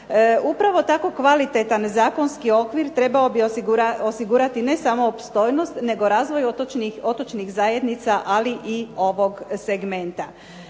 Upravo tako kvalitetan zakonski okvir trebao bi osigurati ne samo opstojnost nego razvoj otočnih zajednica ali i ovog segmenta.